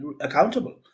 accountable